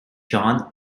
john